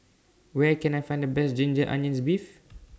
Where Can I Find The Best Ginger Onions Beef